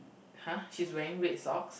!huh! she's wearing red socks